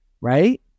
right